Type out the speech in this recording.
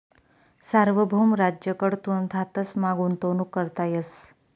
सार्वभौम राज्य कडथून धातसमा गुंतवणूक करता येस